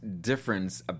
difference